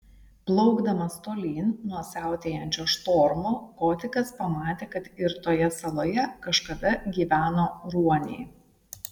plaukdamas tolyn nuo siautėjančio štormo kotikas pamatė kad ir toje saloje kažkada gyveno ruoniai